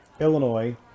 Illinois